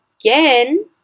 Again